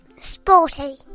Sporty